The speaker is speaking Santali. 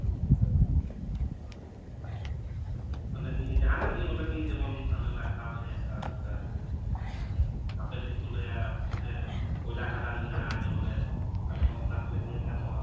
ᱢᱟᱱᱮ ᱡᱟᱦᱟᱱᱟᱜ ᱜᱮ ᱵᱚᱞᱮ ᱱᱤᱭᱟᱹ ᱡᱮᱢᱚᱱ ᱟᱞᱮ ᱞᱮ ᱦᱟᱛᱟᱣ ᱫᱟᱲᱮᱭᱟᱜ ᱞᱮᱠᱟ ᱦᱮᱸ ᱟᱯᱮ ᱥᱮᱫ ᱠᱚ ᱞᱟᱹᱭᱟ ᱵᱩᱜᱤᱛᱮ ᱠᱚᱭᱞᱟ ᱠᱷᱟᱫᱟᱱ ᱢᱮᱱᱟᱜᱼᱟ ᱡᱮ ᱵᱚᱞᱮ ᱟᱞᱮ ᱦᱚᱸ ᱚᱱᱟ ᱠᱚᱞᱮ ᱧᱮᱞ ᱜᱟᱱᱚᱜᱼᱟ